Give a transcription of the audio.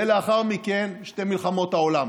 ולאחר מכן שתי מלחמות העולם.